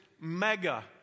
mega